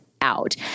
out